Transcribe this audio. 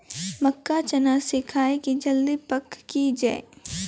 मक्का चना सिखाइए कि जल्दी पक की जय?